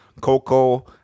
Coco